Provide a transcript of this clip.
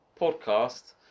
podcast